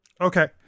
Okay